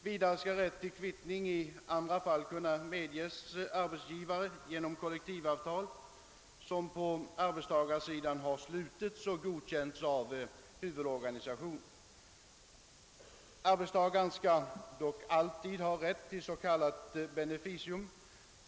Vidare skall rätt till kvittning i andra fall kunna medges arbetsgivare genom kollektivavtal, som på arbetstagarsidan slutits och godkänts av huvudorganisation. Arbetstagaren skall dock alltid ha rätt till s.k. beneficium.